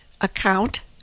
account